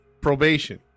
Probation